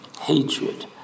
hatred